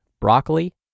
broccoli